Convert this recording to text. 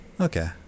Okay